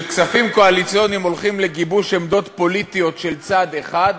כשכספים קואליציוניים הולכים לגיבוש עמדות פוליטיות של צד אחד,